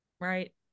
right